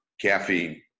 caffeine